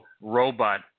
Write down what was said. robot